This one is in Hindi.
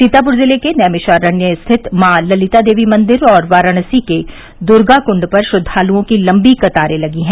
सीतापुर जिले के नैमिषारण्य स्थित मॉ ललिता देवी मंदिर और वाराणसी के दुर्गाकुण्ड पर श्रद्वालुओं की लम्बी कतारें लगी हैं